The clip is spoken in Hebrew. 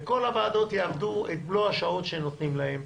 וכל הוועדות יעבדו את מלוא השעות שנותנים להן,